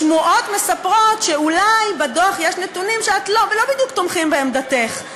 שמועות מספרות שאולי בדוח יש נתונים שלא בדיוק תומכים בעמדתך,